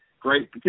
great –